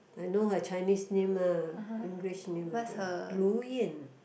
I know her Chinese name ah English name I don't Ru-Yan